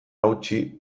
hautsi